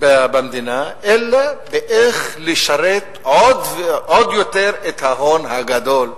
במדינה אלא באיך לשרת עוד יותר את ההון הגדול.